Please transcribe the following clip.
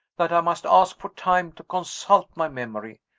that i must ask for time to consult my memory.